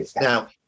now